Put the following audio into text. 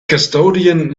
custodian